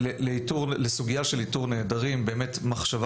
לסוגיה של איתור נעדרים באמת מחשבה